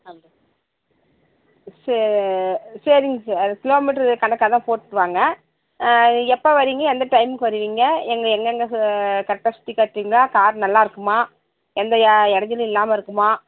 சரிங் sir kilometre கணக்குல தான் போட்டு வாங்க எப்போ வரீங்க எந்த டைம்க்கு வருவீங்க எங்கே எங்கெங்கே கரெக்ட்டாக சுற்றி காட்டுவீங்க கார் நல்லா இருக்குமா எந்த இடைஞ்சலும் இல்லாமல் இருக்குமா